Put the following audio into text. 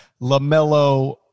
LaMelo